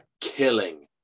killing